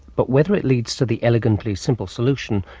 but whether it leads to the elegantly simple solution,